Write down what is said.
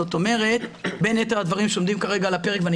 זאת אומרת בין יתר הדברים שעומדים כרגע על הפרק ואני